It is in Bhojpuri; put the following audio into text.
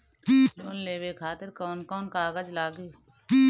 लोन लेवे खातिर कौन कौन कागज लागी?